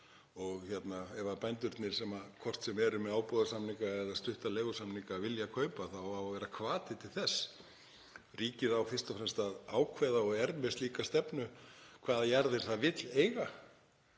að selja. Ef bændurnir, hvort sem þeir eru með ábúðarsamninga eða stutta leigusamninga, vilja kaupa þá á að vera hvati til þess. Ríkið á fyrst og fremst að ákveða, og er með slíka stefnu, hvaða jarðir það vill eiga.